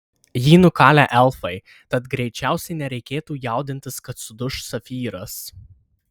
jį nukalė elfai tad greičiausiai nereikėtų jaudintis kad suduš safyras